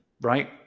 right